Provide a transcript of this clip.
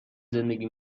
زندگی